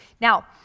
Now